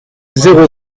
zéro